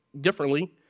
differently